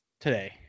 today